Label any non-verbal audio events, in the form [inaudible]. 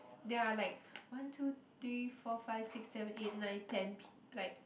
there are like one two three four five six seven eight nine ten [noise] like